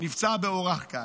נפצע באורח קל.